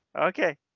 Okay